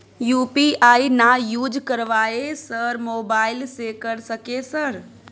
UPI ना use करवाएं sir mobile से कर सके सर?